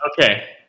okay